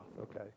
okay